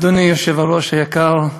אדוני היושב-ראש היקר,